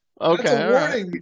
Okay